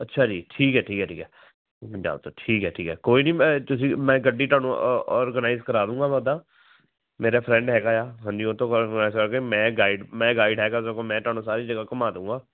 ਅੱਛਾ ਜੀ ਠੀਕ ਹੈ ਠੀਕ ਹੈ ਠੀਕ ਹੈ ਪੰਜਾਬ ਤੋਂ ਠੀਕ ਹੈ ਠੀਕ ਹੈ ਕੋਈ ਨੀ ਮੈਂ ਤੁਸੀਂ ਮੈਂ ਗੱਡੀ ਤੁਹਾਨੂੰ ਔ ਔਰਗਨਾਇਜ਼ ਕਰਾ ਦਵਾਂਗਾ ਮੈਂ ਉੱਦਾਂ ਮੇਰਾ ਫ੍ਰੈਂਡ ਹੈ ਆ ਹਾਂਜੀ ਉਹ ਤੋਂ ਮੈਂ ਗਾਈਡ ਮੈਂ ਗਾਈਡ ਹੈਗਾ ਸਗੋ ਮੈਂ ਤੁਹਾਨੂੰ ਸਾਰੀ ਜਗ੍ਹਾ ਘੁੰਮਾ ਦਵਾਂਗਾ